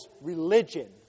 religion